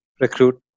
recruit